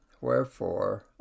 Wherefore